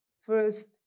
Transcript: first